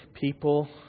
people